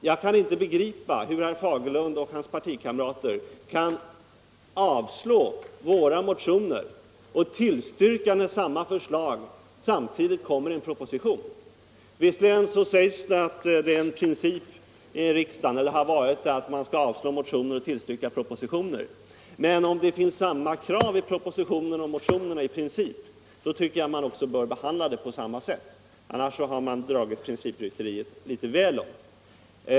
Jag kan inte begripa hur herr Fagerlund och hans partikamrater kan yrka avslag på våra motioner men tillstyrka när samma förslag kommer i en proposition. Visserligen sägs det att det är — eller har varit — en princip i riksdagen att avslå motioner och politiken ÅArbetsmarknads politiken att tillstyrka propositioner, men om det finns samma krav i propositionerna och motionerna, så tycker jag att de också bör behandlas på samma sätt. Annars har man drivit principrytteriet väl långt.